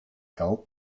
held